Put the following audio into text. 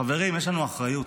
חברים, יש לנו אחריות.